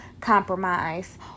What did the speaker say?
compromise